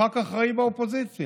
כח"כ אחראי באופוזיציה: